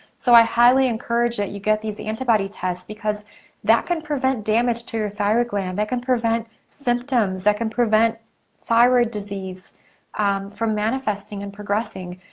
so, i highly encourage that you get these antibody tests because that can prevent damage to your thyroid gland. that can prevent symptoms. that can prevent thyroid disease from manifesting and progressing.